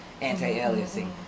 anti-aliasing